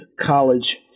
college